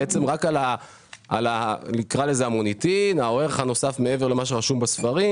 בעצם רק על נקרא לזה המוניטין או הערך הנוסף מעבר למה שרשום בספרים.